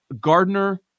Gardner